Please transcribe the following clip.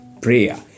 Prayer